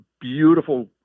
beautiful